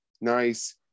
Nice